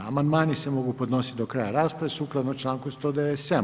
Amandmani se mogu podnositi do kraja rasprave sukladno članku 197.